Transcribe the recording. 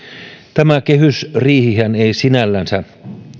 tämä kehysriihihän ei sinällänsä